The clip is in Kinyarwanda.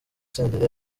senderi